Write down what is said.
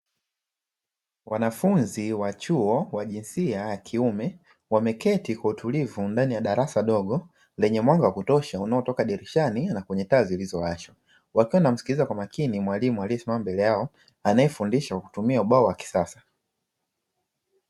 Wanafunzi wa chuo wa jinsia ya kiume, wameketi kwa utulivu ndani ya darasa dogo lenye mwanga wa kutosha unaotoka dirishani na kwenye taa zilizowashwa. Wakiwa wanamsikiliza kwa makini mwalimu aliyesimama mbele yao anayefundisha kwa kutumia ubao wa kisasa.